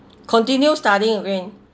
continue studying again